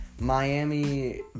Miami